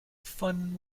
fun